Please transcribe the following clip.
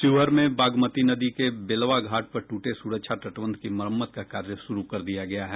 शिवहर में बागमती नदी के बेलवा घाट पर टूटे सुरक्षा तटबंध की मरम्मत का कार्य शुरू कर दिया गया है